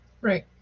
Right